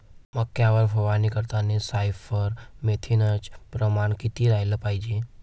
मक्यावर फवारनी करतांनी सायफर मेथ्रीनचं प्रमान किती रायलं पायजे?